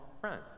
friend